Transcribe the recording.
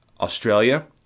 Australia